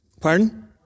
Pardon